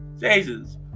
Jesus